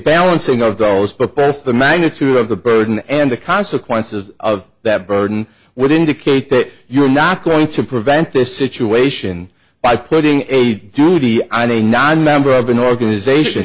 balancing of those but beth the magnitude of the burden and the consequences of that burden would indicate that you're not going to prevent this situation by putting a duty on a non member of an organisation